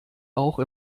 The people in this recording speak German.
auch